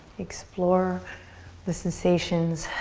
explore the sensations